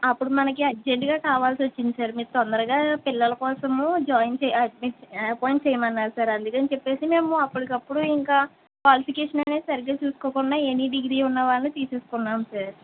అప్పుడు మనకి అర్జెంట్గా కావాల్సి వచ్చింది సార్ మీరు తొందరగా పిల్లల కోసము జాయిన్ చే అజే అపాయింట్ చేయమన్నారు సార్ అందుకని చెప్పేసి మేము అప్పుడికప్పుడు ఇంక క్వాలిఫికేషన్ అనేది సరిగ్గా చూసుకోకుండా ఎనీ డిగ్రీ ఉన్నవాళ్ళని తీసేసుకున్నాం సార్